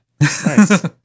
Nice